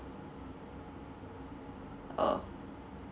oh